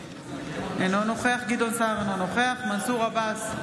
אינו נוכח גדעון סער, אינו נוכח מנסור עבאס,